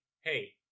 hey